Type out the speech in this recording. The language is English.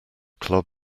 club